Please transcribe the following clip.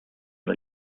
but